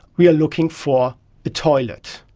we are looking for a toilet,